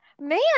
man